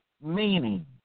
meaning